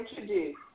introduce